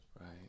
Right